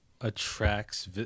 attracts